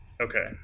Okay